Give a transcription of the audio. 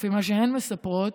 לפי מה שהן מספרות,